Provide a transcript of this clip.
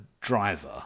driver